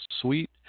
suite